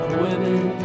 women